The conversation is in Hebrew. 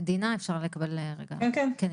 דינה, אפשר לקבל התייחסות?